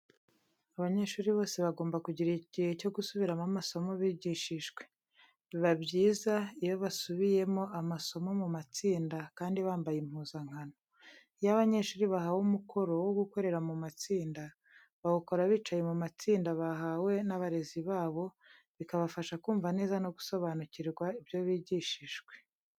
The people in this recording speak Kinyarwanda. Abanyeshuri bose bagomba kugira igihe cyo gusubiramo amasomo bigishijwe. Biba byiza iyo basubiyemo amasomo mu matsinda kandi bambaye impuzankano. Iyo abanyeshuri bahawe umukoro wo gukorera mu matsinda, bawukora bicaye mu matsinda bahawe n'abarezi babo, bikabafasha kumva neza no gusobanukirwa ibyo bigishijwe.